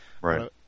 Right